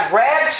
red